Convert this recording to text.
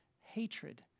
hatred